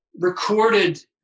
recorded